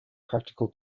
practical